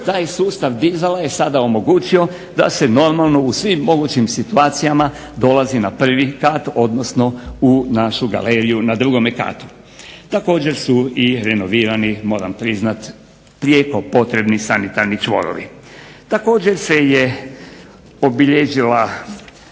taj sustav dizala je sada omogućio da se normalno u svim mogućim situacijama dolazi na prvi kat, odnosno u našu galeriju na drugome katu. Također su i renovirani moram priznati prijeko potrebni sanitarni čvorovi. Također se je obilježila